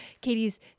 Katie's